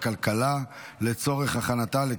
יש בציבור החרדי כאלה שמבינים את זה מצוין ומשתדלים,